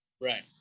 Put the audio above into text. Right